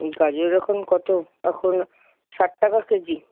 গাজর এখন কত এখন ষাট টাকা কেজি